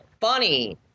funny